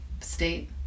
state